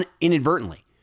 inadvertently